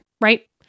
right